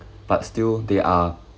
but still they are